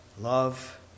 Love